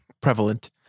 prevalent